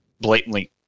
Blatantly